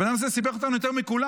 הבן אדם הזה סיבך אותנו יותר מכולם.